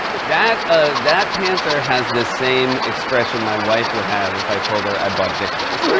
that ah that panther has the same expression my wife would have if i told her i bought dick pills.